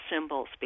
symbols